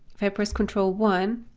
if i press control one,